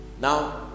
Now